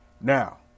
Now